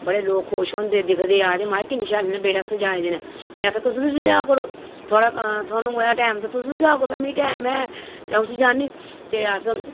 बड़े लोग खुश होंदे दिखदे आखदे माए किन्ना शैल बेह्ड़ा सजाए दे न में आखेआ तुस बी सजाऽ करो थोआनू थोआनू ऐ टैम ते तुस बी सजाऽ करो भाई मिगी टैम ऐ ते अ'ऊं सजान्नी ते अस